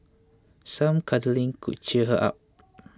some cuddling could cheer her up